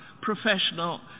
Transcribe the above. professional